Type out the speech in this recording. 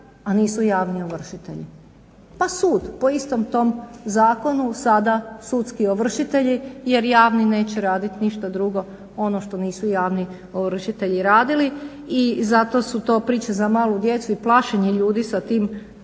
a nisu javni ovršitelji. Pa sud, po istom tom zakonu sada sudski ovršitelji jer javni neće radit ništa drugo ono što nisu javni ovršitelji radili i zato su to priče za malu djecu i plašenje ljudi sa tim upadanjem